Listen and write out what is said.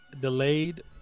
delayed